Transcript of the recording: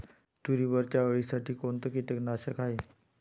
तुरीवरच्या अळीसाठी कोनतं कीटकनाशक हाये?